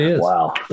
Wow